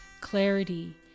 clarity